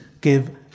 give